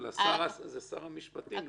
אבל השר הוא שר המשפטים,